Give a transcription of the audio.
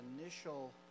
initial